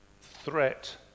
threat